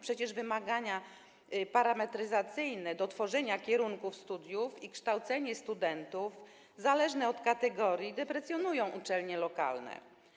Przecież wymagania parametryzacyjne dotyczące tworzenia kierunków studiów i kształcenie studentów zależne od kategorii deprecjonują uczelnie lokalne.